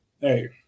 Hey